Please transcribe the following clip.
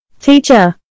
Teacher